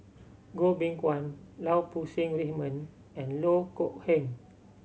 Goh Beng Kwan Lau Poo Seng Raymond and Loh Kok Heng